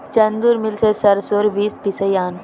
चंदूर मिल स सरसोर बीज पिसवइ आन